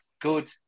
good